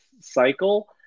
cycle